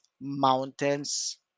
mountains